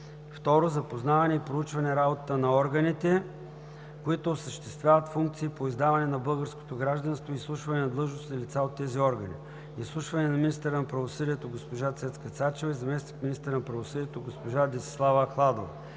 2. Запознаване и проучване работата на органите, които осъществяват функции по издаване на българско гражданство и изслушване на длъжностни лица от тези органи. Изслушване на министъра на правосъдието госпожа Цецка Цачева и заместник-министъра на правосъдието госпожа Десислава Ахладова.